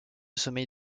sommeil